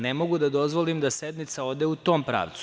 Ne mogu da dozvolim da sednica ode u tom pravcu.